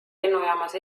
lennujaamas